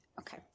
Okay